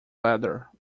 leather